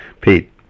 Pete